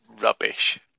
rubbish